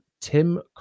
Tim